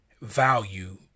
value